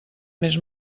més